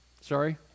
Sorry